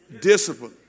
Discipline